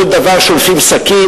על כל דבר שולפים סכין,